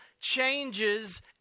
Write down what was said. changes